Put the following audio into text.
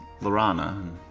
Lorana